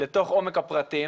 לתוך עומק הפרטים,